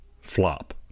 flop